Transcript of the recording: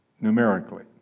numerically